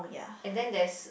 and then there's